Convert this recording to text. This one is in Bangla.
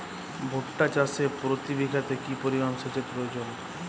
ভুট্টা চাষে প্রতি বিঘাতে কি পরিমান সেচের প্রয়োজন?